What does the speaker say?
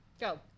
Go